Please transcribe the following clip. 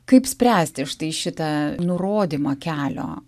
kaip spręsti štai šitą nurodymą kelio